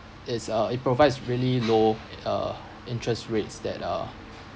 it's uh it provides really low i~ uh interest rates that uh